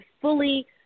fully